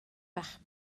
bach